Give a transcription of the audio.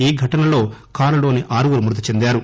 ఈ ఘటనలో కారులోని ఆరుగురు మృతిచెందారు